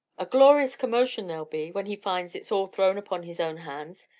a glorious commotion there'll be, when he finds it's all thrown upon his own hands.